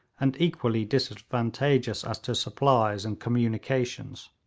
and equally disadvantageous as to supplies and communications.